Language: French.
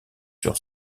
sur